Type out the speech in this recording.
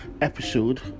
episode